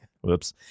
whoops